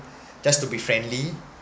just to be friendly